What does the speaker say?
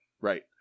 right